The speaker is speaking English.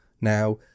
Now